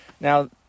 Now